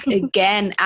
again